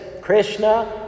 Krishna